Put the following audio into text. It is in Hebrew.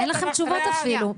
אין לכם תשובות אפילו,